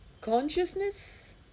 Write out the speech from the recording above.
consciousness